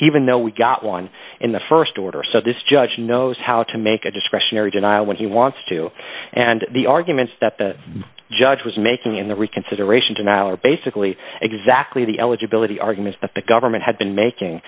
even though we got one in the st order so this judge knows how to make a discretionary denial when he wants to and the arguments that the judge was making in the reconsideration denial are basically exactly the eligibility arguments that the government had been making